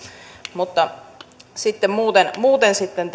mutta muuten muuten sitten